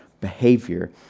behavior